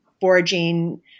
foraging